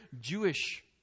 Jewish